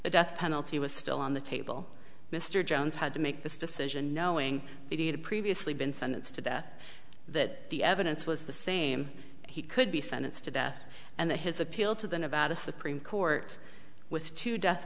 the death penalty was still on the table mr jones had to make this decision knowing that he had previously been sentenced to death that the evidence was the same he could be sentenced to death and that his appeal to the nevada supreme court with two death